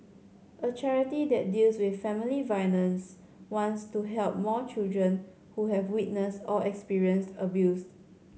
a charity that deals with family violence wants to help more children who have witnessed or experienced abuse